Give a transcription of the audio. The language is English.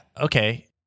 Okay